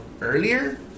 earlier